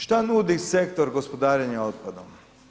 Šta nudi sektor gospodarenja otpadom?